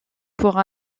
pour